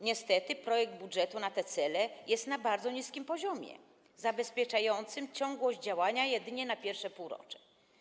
Niestety projekt budżetu na te cele jest na bardzo niskim poziomie, zabezpieczającym ciągłość działania jedynie w pierwszym półroczu.